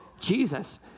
Jesus